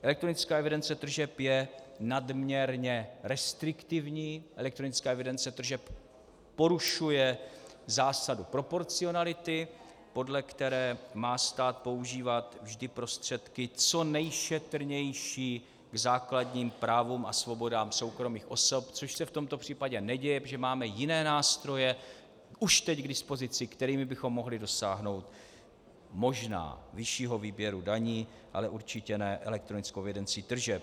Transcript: Elektronická evidence tržeb je nadměrně restriktivní, elektronická evidence tržeb porušuje zásadu proporcionality, podle které má stát používat vždy prostředky co nejšetrnější k základním právům a svobodám soukromých osob, což se v tomto případě neděje, protože máme jiné nástroje už teď k dispozici, kterými bychom mohli dosáhnout, možná, vyššího výběru daní, ale určitě ne elektronickou evidencí tržeb.